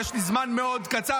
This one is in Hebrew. יש לי זמן מאוד קצר,